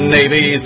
Navy